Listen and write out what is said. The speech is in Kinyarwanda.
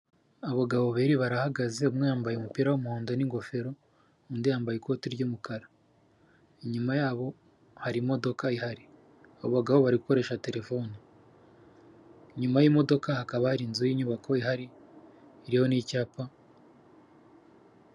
Abagabo babiri barahagaze umwe yambaye umupira w'umuhondo n'ingofero, undi yambaye ikoti ry'umukara, inyuma yabo hari imodoka ihari, aba bagabo bari gukoresha terefoni, inyuma y'imodoka hakaba inzu y'inyubako ihari iriho n'icyapa.